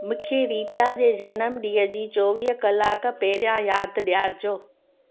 मूंखे रीटा जे जनमु ॾींहुं जी चोवीह कलाक पहिरियां यादि ॾियारिजो